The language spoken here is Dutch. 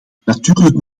natuurlijk